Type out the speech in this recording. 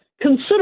Consider